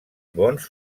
bons